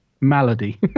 malady